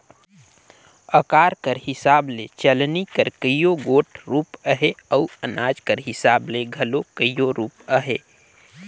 अकार कर हिसाब ले चलनी कर कइयो गोट रूप अहे अउ अनाज कर हिसाब ले घलो कइयो रूप अहे